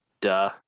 duh